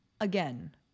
Again